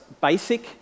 basic